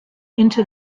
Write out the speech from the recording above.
into